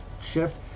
shift